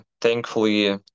thankfully